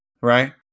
right